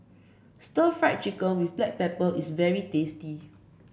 Stir Fried Chicken with Black Pepper is very tasty